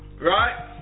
right